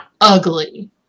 ugly